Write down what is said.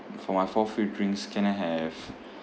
for my four free drinks can I have